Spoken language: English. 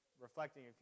reflecting